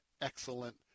excellent